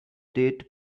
date